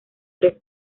tres